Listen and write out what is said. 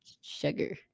Sugar